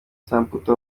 samputu